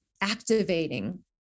activating